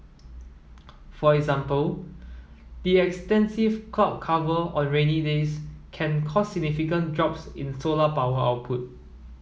for example extensive cloud cover on rainy days can cause significant drops in solar power output